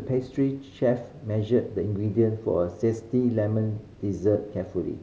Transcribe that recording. pastry chef measured the ingredient for a zesty lemon dessert carefully